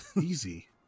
Easy